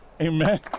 Amen